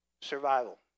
survival